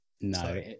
No